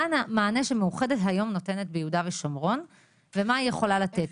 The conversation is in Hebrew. מה המענה שמאוחדת היום נותנת ביהודה ושומרון ומה היא יכולה לתת?